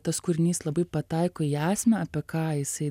tas kūrinys labai pataiko į esmę apie ką jisai